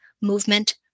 movement